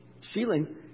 ceiling